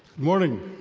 morning.